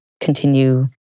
continue